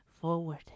forward